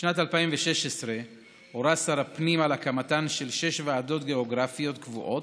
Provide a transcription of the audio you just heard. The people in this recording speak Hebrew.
בשנת 2016 הורה שר הפנים על הקמתן של שש ועדות גיאוגרפיות קבועות,